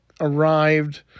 arrived